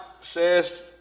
says